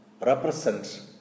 represent